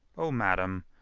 o madam,